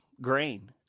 grain